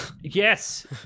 yes